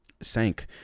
sank